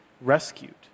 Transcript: rescued